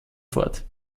fort